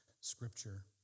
scripture